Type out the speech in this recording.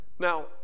Now